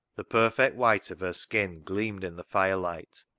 the perfect white of her skin gleamed in the fire-light.